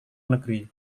negeri